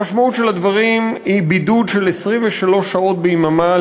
המשמעות של הדברים היא בידוד של 23 שעות ביממה,